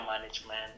management